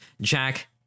jack